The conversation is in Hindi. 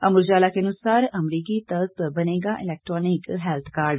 अमर उजाला के अनुसार अमरीकी तर्ज पर बनेगा इलैक्ट्रानिक हैल्थ कार्ड